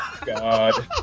God